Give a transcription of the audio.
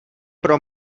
pro